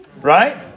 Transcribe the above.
right